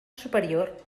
superior